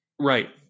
Right